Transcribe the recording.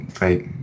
right